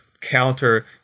counter